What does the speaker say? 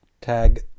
tag